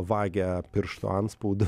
vagia pirštų antspaudą